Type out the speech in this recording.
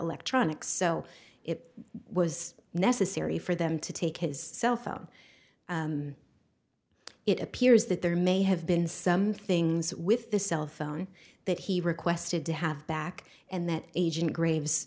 electronic so it was necessary for them to take his cell phone it appears that there may have been some things with the cell phone that he requested to have back and that agent graves